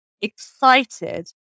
excited